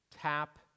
tap